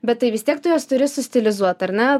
bet tai vis tiek tu juos turi sustilizuot ar ne